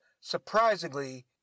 surprisingly